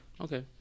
Okay